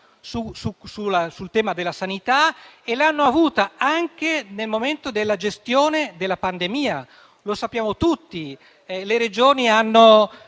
sul tema della sanità e l'hanno avuta anche nel momento della gestione della pandemia. Lo sappiamo tutti: le Regioni hanno